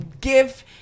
give